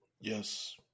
Yes